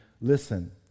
Listen